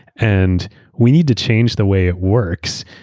and we need to change the way it works.